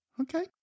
Okay